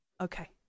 okay